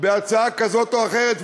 בהצעה כזו או אחרת,